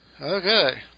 Okay